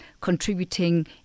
contributing